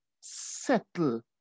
settle